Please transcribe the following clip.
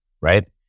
right